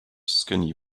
skinny